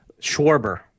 Schwarber